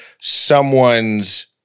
someone's